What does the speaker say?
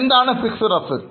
Fixed assets എന്താണ്